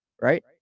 right